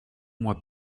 moi